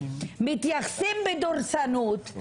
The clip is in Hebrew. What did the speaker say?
מתייחסים בדורסנות,